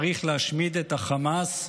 צריך להשמיד את החמאס עכשיו.